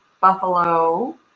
Buffalo